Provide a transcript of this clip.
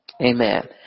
Amen